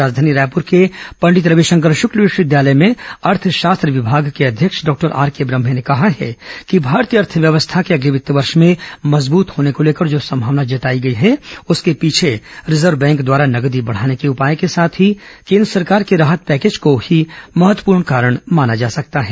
राजधानी रायपुर के पंडित रविशंकर शुक्ल विश्वविद्यालय में अर्थशास्त्र विभाग के अध्यक्ष डॉक्टर आरके ब्रम्हे ने कहा है कि भारतीय अर्थव्यवस्था के अगले वित्त वर्ष में मजबूत होने को लेकर जो संभावना जताई गई है उसके पीछे रिजर्व बैंक द्वारा नगदी बढ़ाने के उपाय के साथ ही केन्द्र सरकार के राहत पैकेज को ही महत्वपूर्ण कारण माना जा सकता है